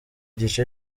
gice